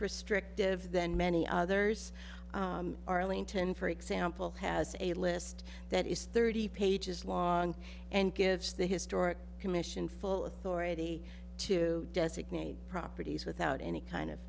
restrictive than many others arlington for example has a list that is thirty pages long and gives the historic commission full authority to designate properties without any kind